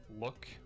look